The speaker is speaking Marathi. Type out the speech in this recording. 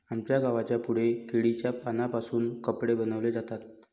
आमच्या गावाच्या पुढे केळीच्या पानांपासून कपडे बनवले जातात